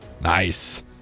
Nice